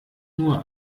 nur